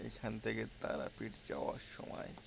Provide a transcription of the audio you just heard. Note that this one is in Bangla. এখান থেকে তারাপীঠ যাওয়ার সময়